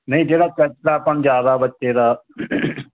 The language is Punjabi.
ਨਹੀਂ ਜਿਹੜਾ ਆਪਾਂ ਨੂੰ ਜਿਆਦਾ ਬੱਚੇ ਦਾ